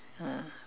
ah